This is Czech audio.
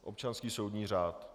Občanský soudní řád.